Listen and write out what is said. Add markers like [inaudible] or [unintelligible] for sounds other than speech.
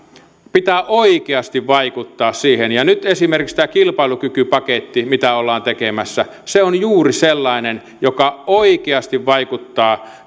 pitää oikeasti vaikuttaa siihen nyt esimerkiksi tämä kilpailukykypaketti mitä ollaan tekemässä on juuri sellainen joka oikeasti vaikuttaa [unintelligible]